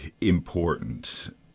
important